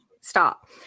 Stop